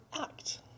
act